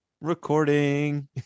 recording